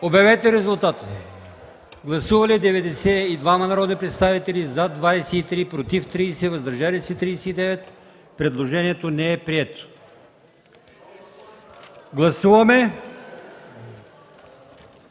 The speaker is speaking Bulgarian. от комисията. Гласували 92 народни представители: за 23, против 30, въздържали се 39. Предложението не е прието. Гласуваме